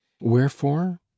wherefore